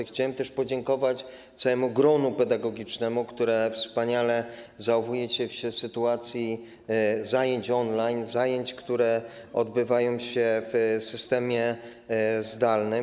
Chciałem też podziękować całemu gronu pedagogicznemu, które wspaniale zachowuje się w sytuacji zająć on-line, zajęć, które odbywają się w systemie zdalnym.